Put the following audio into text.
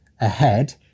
ahead